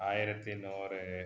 ஆயிரத்து நூறு